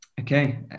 Okay